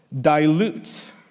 dilutes